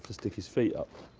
stick his feet up.